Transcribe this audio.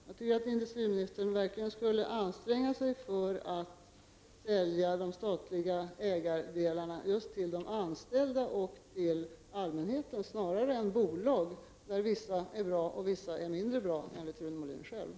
Jag tycker att industriministern verkligen skulle anstränga sig för att sälja de statliga ägardelarna till just de anställda och till allmänheten snarare än till bolag, av vilka enligt Rune Molin själv vissa är bra och vissa är mindre bra.